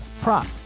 prop